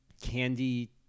Candy